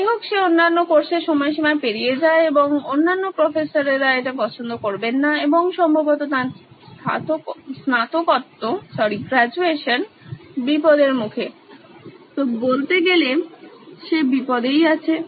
যাই হোক সে অন্যান্য কোর্সের সময়সীমা পেরিয়ে যায় এবং অন্যান্য প্রফেসররা এটা পছন্দ করবেন না এবং সম্ভবত তার স্নাতকত্ত বিপদের মুখে তো বলতে গেলে সে বিপদে আছে